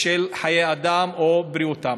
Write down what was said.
בחיי אדם או בבריאות.